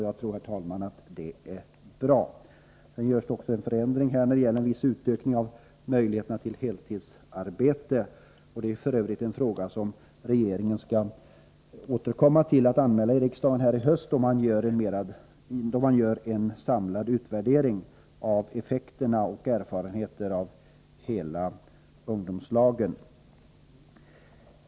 Jag tror, herr talman, att detta är bra. Det föreslås vidare en förändring vad gäller möjligheterna till heltidsarbete, f.ö. en fråga där regeringen skall återkomma till riksdagen med en redovisning i höst, i samband med en samlad utvärdering av effekterna och erfarenheterna av ungdomslagen.